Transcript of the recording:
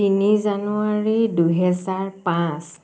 তিনি জানুৱাৰী দুহেজাৰ পাঁচ